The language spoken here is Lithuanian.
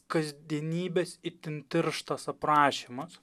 kasdienybės itin tirštas aprašymas